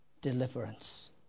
deliverance